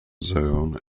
zone